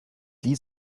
lied